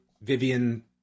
Vivian